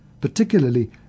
particularly